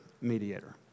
mediator